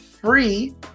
free